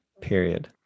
Period